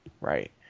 Right